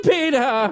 Peter